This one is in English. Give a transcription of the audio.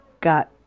Got